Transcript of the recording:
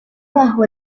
bajo